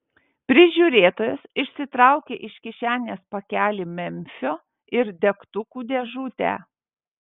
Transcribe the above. prižiūrėtojas išsitraukė iš kišenės pakelį memfio ir degtukų dėžutę